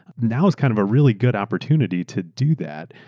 now is kind of a really good opportunity to do that.